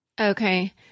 Okay